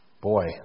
boy